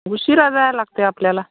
उशिरा जाया लागते आपल्याला